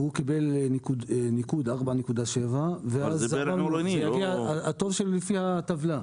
וקיבל ניקוד של 4.7. התור שלו יגיע לפי הטבלה.